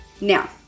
Now